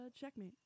checkmate